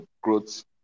growth